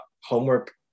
homework